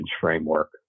framework